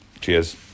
Cheers